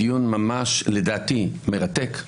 הדיון לדעתי מרתק.